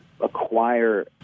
acquire